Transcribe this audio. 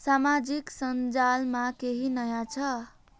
सामाजिक सञ्जालमा केही नयाँ छ